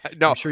No